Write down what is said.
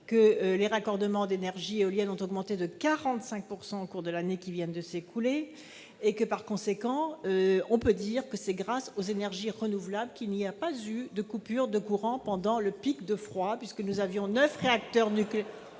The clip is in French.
les raccordements d'éoliennes ont augmenté de 45 % au cours de l'année qui vient de s'écouler. Par conséquent, on peut dire que c'est grâce aux énergies renouvelables qu'il n'y a pas eu de coupure de courant pendant le pic de froid dans la mesure où neuf réacteurs nucléaires